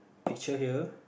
picture here